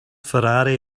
ferrari